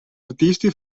artisti